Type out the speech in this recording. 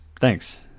thanks